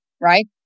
right